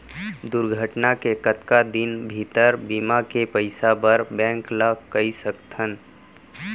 दुर्घटना के कतका दिन भीतर बीमा के पइसा बर बैंक ल कई सकथन?